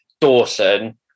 Dawson